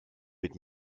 mit